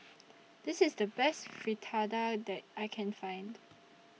This IS The Best Fritada that I Can Find